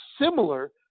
similar